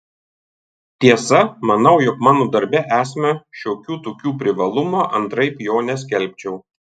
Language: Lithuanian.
tiesa manau jog mano darbe esama šiokių tokių privalumų antraip jo neskelbčiau